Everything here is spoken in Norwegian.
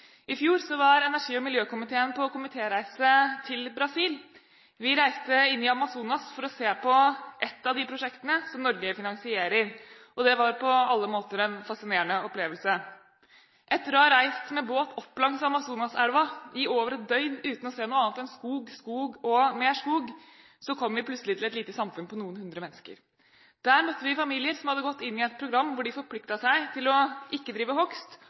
I fjor var energi- og miljøkomiteen på komitéreise i Brasil. Vi reiste inn i Amazonas-området for å se på et av prosjektene som Norge finansierer. Det var på alle måter en fascinerende opplevelse. Etter å ha reist med båt på Amazonas i over et døgn uten å se noe annet enn skog, skog og mer skog kom vi plutselig til et lite samfunn på noen hundre mennesker. Der møtte vi familier som hadde gått inn i et program hvor de forpliktet seg til ikke å drive hogst,